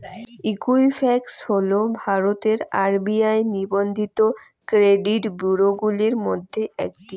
Equifax হল ভারতের RBI নিবন্ধিত ক্রেডিট ব্যুরোগুলির মধ্যে একটি